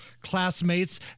classmates